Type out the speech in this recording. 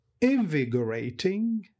invigorating